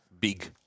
big